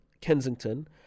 Kensington